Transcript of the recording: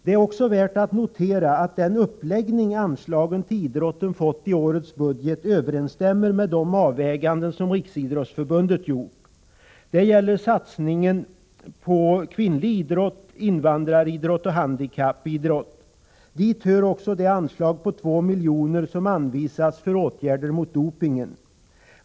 Det är också värt att notera att den uppläggning anslagen till idrotten fått i årets budget överensstämmer med de avväganden som Riksidrottsförbundet gjort. Det gäller satsningarna på kvinnlig idrott, invandraridrott och handikappidrott. Dit hör också det anslag på 2 miljoner som anvisats för åtgärder mot dopingen.